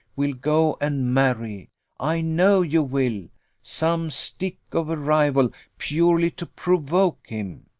will go and marry i know you will some stick of a rival, purely to provoke him.